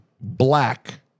black